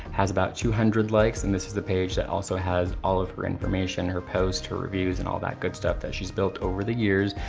has about two hundred likes and this is the page that also has all of her information, her posts, her reviews, and all that good stuff that she's built over the years.